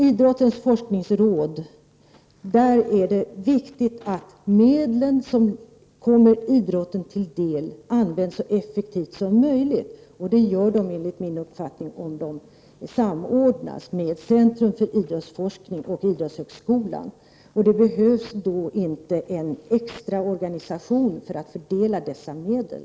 Inom idrottens forskningsråd är det viktigt att medlen som kommer idrotten till del används så effektivt som möjligt, och det gör de enligt min uppfattning om de samordnas med Centrum för idrottsforskning och Idrottshögskolan. Det behövs då inte någon extra organisation för att fördela dessa medel.